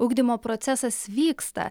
ugdymo procesas vyksta